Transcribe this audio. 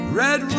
red